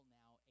now